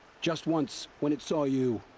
just once. when it saw you.